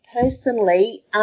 personally